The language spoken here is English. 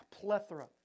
plethora